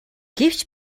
гэвч